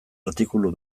artikulu